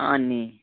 अनि